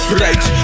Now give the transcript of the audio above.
right